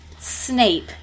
Snape